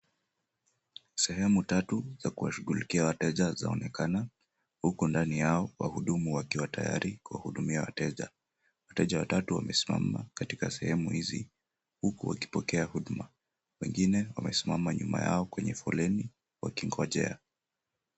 Sehemu tatu za kuwashughulikia wateja zaonekana huko ndani yao wahudumu wakiwa tayari kuwa hudumia wateja. Wateja watatu wamesimama katika sehemu hizi huku wakipokea huduma. Wengine wamesimama nyuma yao kwenye foleni wakingonjea.